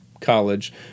college